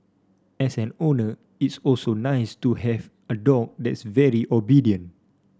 as an owner it's also nice to have a dog that's very obedient